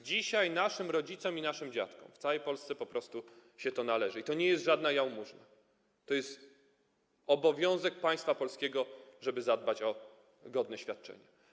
Dzisiaj naszym rodzicom i naszym dziadkom w całej Polsce po prostu to się należy i nie jest to żadna jałmużna, to jest obowiązek państwa polskiego, żeby zadbać o godne świadczenia.